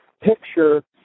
picture